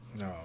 No